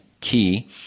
key